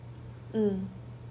mm